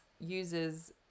uses